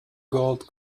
gold